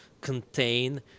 contain